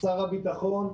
שר הביטחון,